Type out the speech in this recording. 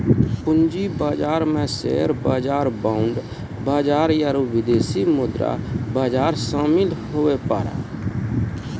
पूंजी बाजार मे शेयर बाजार बांड बाजार आरू विदेशी मुद्रा बाजार शामिल हुवै पारै